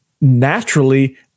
naturally